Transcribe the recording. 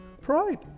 pride